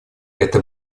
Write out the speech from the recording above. это